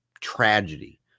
tragedy